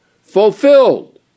Fulfilled